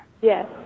Yes